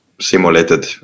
simulated